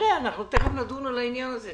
אנחנו תיכף נדון על העניין הזה,